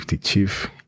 chief